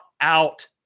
out